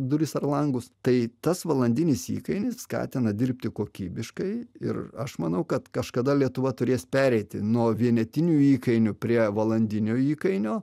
duris ar langus tai tas valandinis įkainis skatina dirbti kokybiškai ir aš manau kad kažkada lietuva turės pereiti nuo vienetinių įkainių prie valandinio įkainio